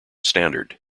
standard